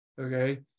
okay